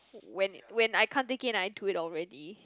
when when I can't take in I need to eat already